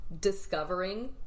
discovering